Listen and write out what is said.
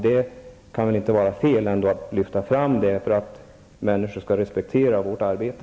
Det kan väl inte inte vara fel att lyfta fram detta, eftersom människor skall respektera vårt arbete.